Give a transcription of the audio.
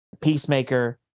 Peacemaker